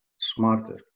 smarter